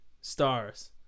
stars